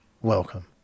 welcome